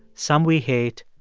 some we hate,